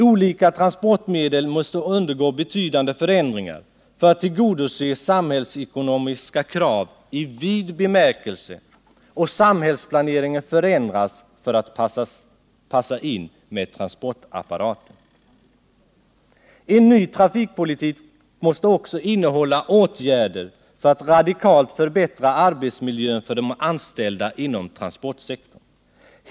Olika transportmedel måste undergå betydande förändringar för att tillgodose samhällsekonomiska krav i vid bemärkelse och samhällsplaneringen förändras för att passa in med transportapparaten. En ny trafikpolitik måste också innehålla åtgärder för att radikalt förbättra arbetsmiljön för de anställda inom transportsektorn.